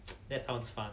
that sounds fun